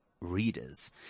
readers